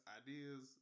ideas